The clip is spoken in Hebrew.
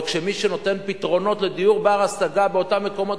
ומי שנותן פתרונות לדיור בר-השגה באותם מקומות,